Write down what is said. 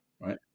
Right